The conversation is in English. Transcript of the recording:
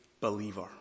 believer